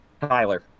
Tyler